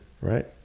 right